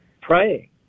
praying